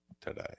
today